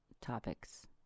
topics